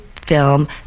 film